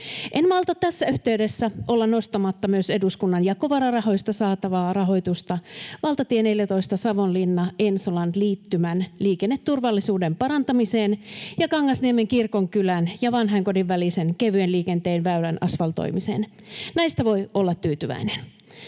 En malta olla tässä yhteydessä nostamatta myös eduskunnan jakovararahoista saatavaa rahoitusta valtatien 14 Savonlinnan—Ensolan liittymän liikenneturvallisuuden parantamiseen ja Kangasniemen kirkonkylän ja vanhainkodin välisen kevyen liikenteen väylän asvaltoimiseen. Näistä voi olla tyytyväinen.